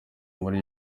muri